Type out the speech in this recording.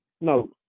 No